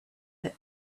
had